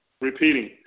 Repeating